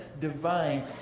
divine